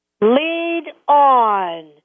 Lead-On